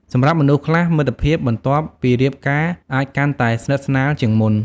សម្រាប់មនុស្សខ្លះ មិត្តភាពបន្ទាប់ពីរៀបការអាចកាន់តែស្និទ្ធស្នាលជាងមុន។